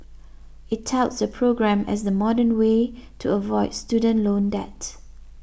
it touts the program as the modern way to avoid student loan debt